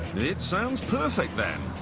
it sounds perfect, then,